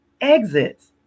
exits